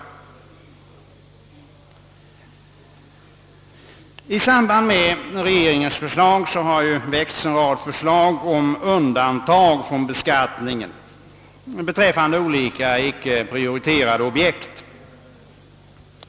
Med anledning av regeringens förslag har en rad yrkanden väckts om undantag från beskattningen beträffande olika icke prioriterade objekt.